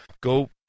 go